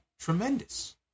tremendous